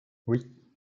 oui